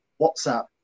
whatsapp